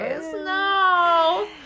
no